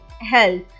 health